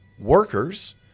workers